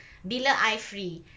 bila I free